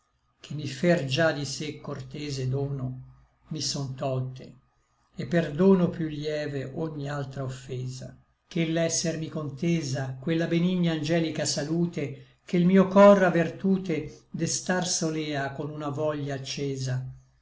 che mi fer già di sé cortese dono mi son tolte et perdono piú lieve ogni altra offesa che l'essermi contesa quella benigna angelica salute che l mio cor a vertute destar solea con una voglia accesa